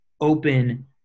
open